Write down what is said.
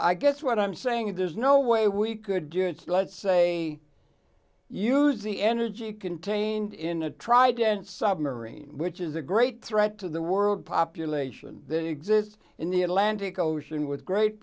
i guess what i'm saying there's no way we could do it let's say use the energy contained in a trident submarine which is a great threat to the world population that exists in the atlantic ocean with great